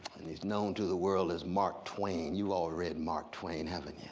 and he's known to the world as mark twain. you've all read mark twain, haven't you?